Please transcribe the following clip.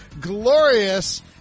glorious